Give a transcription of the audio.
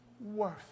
worth